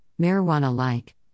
marijuana-like